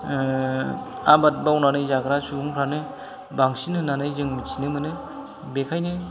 आबाद मावनानै जाग्रा सुबुंफ्रानो बांसिन होननानै जों मिन्थिनो मोनो बेखायनो